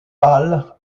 pâle